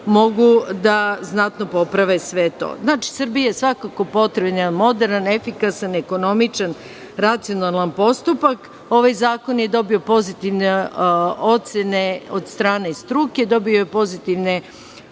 mogu da znatno poprave sve to. Znači, Srbiji je svakako potreban jedan moderan, efikasan, ekonomičan, racionalan postupak. Ovaj zakon je dobio pozitivne ocene od strane struke, dobio je pozitivne